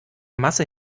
masse